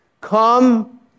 come